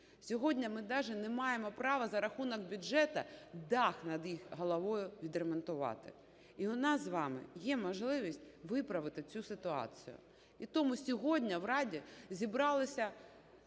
Сьогодні ми навіть не маємо право за рахунок бюджету дах над їх головою відремонтувати, і у нас з вами є можливість виправити цю ситуацію. І тому сьогодні в Раді зібралися